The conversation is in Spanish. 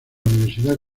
universidad